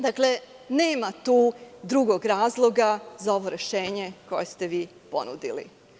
Nema tu drugog razloga za ovo rešenje koje ste vi ponudili.